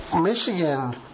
Michigan –